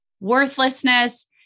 worthlessness